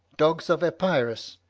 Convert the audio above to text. dogs of epirus,